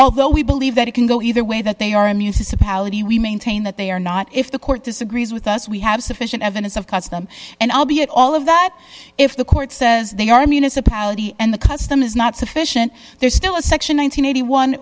although we believe that it can go either way that they are in use is a paladin we maintain that they are not if the court disagrees with us we have sufficient evidence of custom and i'll be at all of that if the court says they are municipality and the custom is not sufficient there's still a section one hundred and eighty one